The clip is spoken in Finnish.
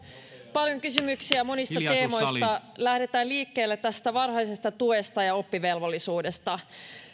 paljon kysymyksiä monista teemoista lähdetään liikkeelle tästä varhaisesta tuesta ja oppivelvollisuudesta